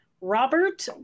Robert